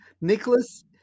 Nicholas